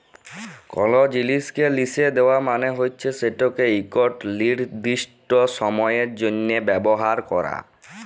call জিলিসকে লিসে দেওয়া মালে হচ্যে সেটকে একট লিরদিস্ট সময়ের জ্যনহ ব্যাভার ক্যরা